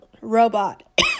robot